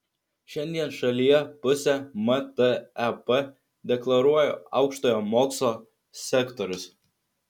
šiandien šalyje pusę mtep deklaruoja aukštojo mokslo sektorius